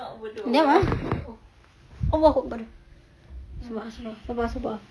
memang ah allahu akbar sabar sabar sabar sabar